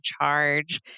charge